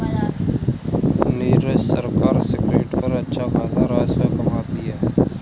नीरज सरकार सिगरेट पर अच्छा खासा राजस्व कमाती है